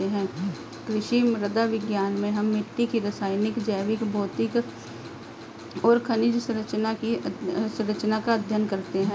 कृषि मृदा विज्ञान में हम मिट्टी की रासायनिक, जैविक, भौतिक और खनिज सरंचना का अध्ययन करते हैं